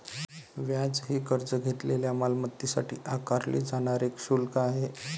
व्याज हे कर्ज घेतलेल्या मालमत्तेसाठी आकारले जाणारे शुल्क आहे